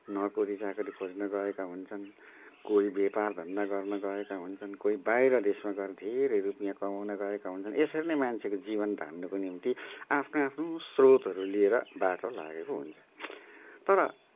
नोकरी चाकरी खोज्न गएका हुन्छन् कोही व्यापार धन्दा गर्न गएका हुन्छन् कोही बाहिर देशमा गएर धेरै रुपियाँ कमाउन गएका हुन्छन् यसरी नै मान्छेको जीवन धान्नको निम्ति आफ्नो आफ्नो स्रोतहरू लिएर बाटो लागेको हुन्छ तर